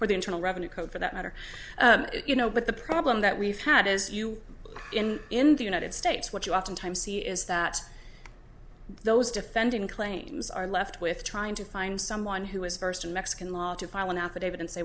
where the internal revenue code for that matter you know but the problem that we've had as you in the united states what you oftentimes see is that those defending claims are left with trying to find someone who is versed in mexican law to file an affidavit and say